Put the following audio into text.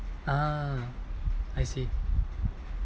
ah I see